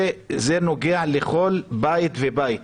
זה נוגע לכל בית ובית.